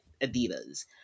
Adidas